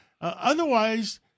otherwise—